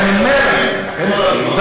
אני מודע לזה.